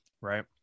right